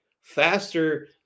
faster